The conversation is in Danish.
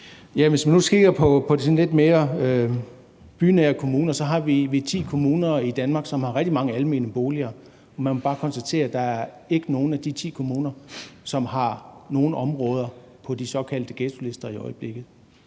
Hvis man nu kigger på de sådan lidt mere bynære kommuner, kan man se, at vi har ti kommuner i Danmark, som har rigtig mange almene boliger, og man må bare konstatere, at der ikke er nogen af de ti kommuner, som har nogen områder på de såkaldte ghettolister i øjeblikket.